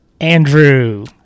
Andrew